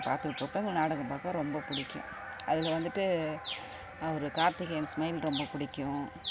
பார்த்துகிட்டு இருப்போம் அந்த நாடகம் பார்க்க ரொம்ப பிடிக்கும் அதில் வந்துவிட்டு அவரு கார்த்திகேயன் ஸ்மைல் ரொம்ப பிடிக்கும்